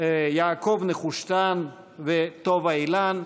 יעקב נחושתן וטובה אילן.